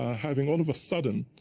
ah having all of a sudden